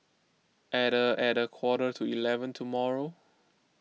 at a at a quarter to eleven tomorrow